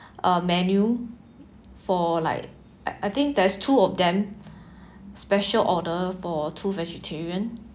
uh menu for like I think there's two of them special order for two vegetarians